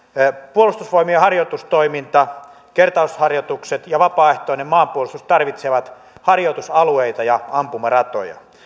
puolustusvoimien harjoitustoiminta kertausharjoitukset ja vapaaehtoinen maanpuolustus tarvitsevat harjoitusalueita ja ampumaratoja